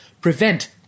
Prevent